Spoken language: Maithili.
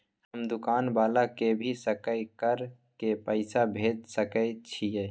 हम दुकान वाला के भी सकय कर के पैसा भेज सके छीयै?